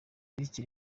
bityo